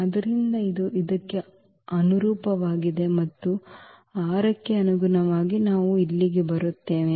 ಆದ್ದರಿಂದ ಇದು ಇದಕ್ಕೆ ಅನುರೂಪವಾಗಿದೆ ಮತ್ತು 6 ಕ್ಕೆ ಅನುಗುಣವಾಗಿ ನಾವು ಇಲ್ಲಿಗೆ ಬರುತ್ತೇವೆ